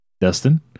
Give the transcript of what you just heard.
Dustin